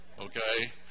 okay